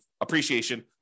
appreciation